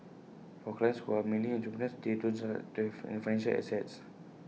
for clients who are mainly entrepreneurs they don't just like to have financial assets